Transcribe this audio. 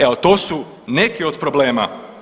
Evo to su neki od problema.